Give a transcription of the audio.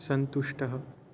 सन्तुष्टः